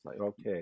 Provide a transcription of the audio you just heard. Okay